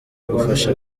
ugufasha